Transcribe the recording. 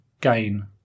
gain